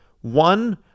One